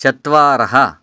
चत्वारः